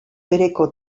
bereko